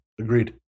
Agreed